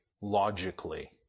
logically